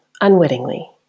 unwittingly